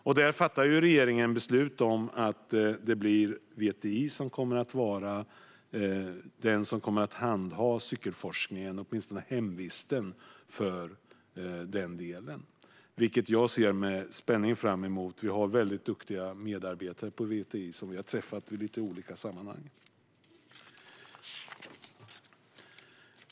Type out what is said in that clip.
Regeringen har fattat beslut om att VTI ska vara den instans som handhar cykelforskningen, eller åtminstone är hemvist för den delen. Detta ser jag med spänning fram emot, eftersom medarbetarna på VTI är väldigt duktiga. Vi har ju träffat dem i olika sammanhang.